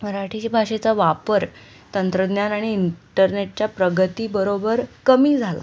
मराठीची भाषेचा वापर तंत्रज्ञान आणि इंटरनेटच्या प्रगतीबरोबर कमी झाला